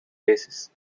basis